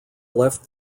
left